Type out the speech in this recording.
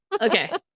Okay